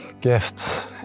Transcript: gifts